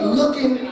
looking